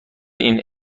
این